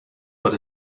but